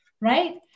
right